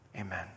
Amen